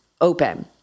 open